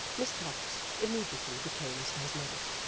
miss tox immediately became spasmodic.